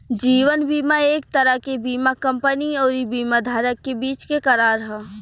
जीवन बीमा एक तरह के बीमा कंपनी अउरी बीमा धारक के बीच के करार ह